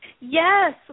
Yes